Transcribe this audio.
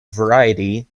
variety